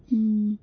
ಹ್ಞೂ